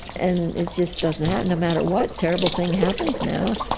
and it just doesn't happen. no matter what terrible thing happens now,